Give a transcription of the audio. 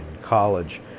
college